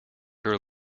her